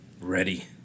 Ready